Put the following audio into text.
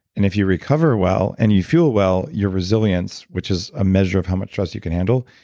and if you recover well and you feel well, your resilience, which is a measure of how much stress you can handle,